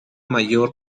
mayor